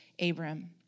Abram